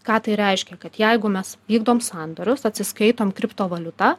ką tai reiškia kad jeigu mes vykdom sandorius atsiskaitom kriptovaliuta